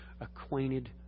acquainted